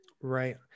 Right